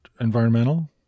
environmental